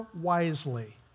wisely